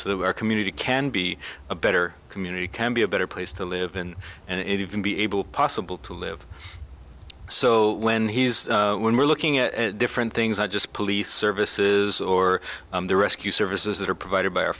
that our community can be a better community can be a better place to live in and even be able possible to live so when he's when we're looking at different things i just police services or the rescue services that are provided by our